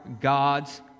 God's